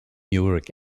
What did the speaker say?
uric